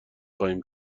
خواهیم